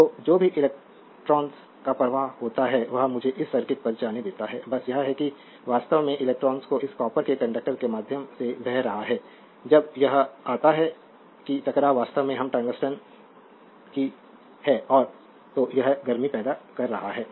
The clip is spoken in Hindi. तो जो भी इलेक्ट्रॉन्स का प्रवाह होता है वह मुझे इस सर्किट पर जाने देता है बस यह है कि वास्तव में इलेक्ट्रॉन्स को इस कॉपर के कंडक्टर के माध्यम से बह रहा है जब यह आता है कि टकराव वास्तव में हम टंगस्टन की है और तो यह गर्मी पैदा कर रहा है